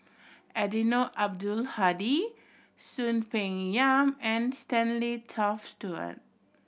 Eddino Abdul Hadi Soon Peng Yam and Stanley Toft Stewart